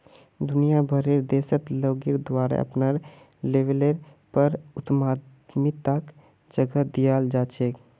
दुनिया भरेर देशत लोगेर द्वारे अपनार लेवलेर पर उद्यमिताक जगह दीयाल जा छेक